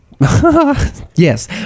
Yes